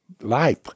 life